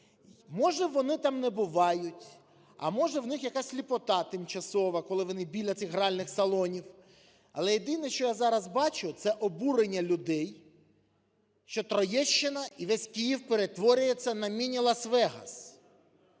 Може, вони там не бувають, а, може, у них якась сліпота тимчасова, коли вони біля цих гральних салонів. Але єдине, що я зараз бачу, - це обурення людей, що Троєщина і весь Київ перетворюється на міні Лас-Вегас.